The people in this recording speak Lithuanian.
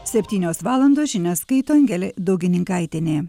septynios valandos žinias skaito angelė daugininkaitienė